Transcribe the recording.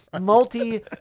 multi